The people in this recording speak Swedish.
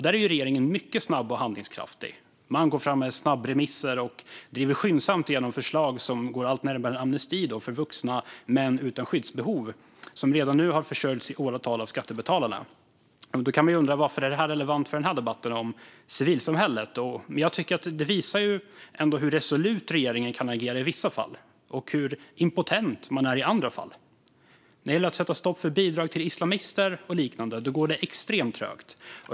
Där är ju regeringen mycket snabb och handlingskraftig. Man går fram med snabbremisser och driver skyndsamt igenom förslag som går allt närmare amnesti för vuxna män utan skyddsbehov som redan nu har försörjts i åratal av skattebetalarna. Varför är detta relevant i en debatt om civilsamhället? Jo, för att det visar hur resolut regeringen agerar i vissa fall och hur impotent man är i andra fall. När det gäller att sätta stopp för bidrag till islamister och liknande går det extremt trögt.